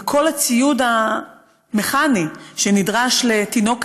בכל הציוד המכני שנדרש לתינוק כזה,